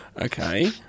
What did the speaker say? Okay